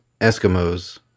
Eskimos